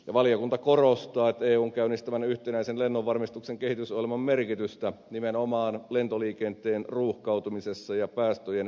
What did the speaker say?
valiokunta korostaa eun käynnistämän yhtenäisen lennonvarmistuksen kehitysohjelman merkitystä nimenomaan lentoliikenteen ruuhkautumisessa ja päästöjen vähentämisessä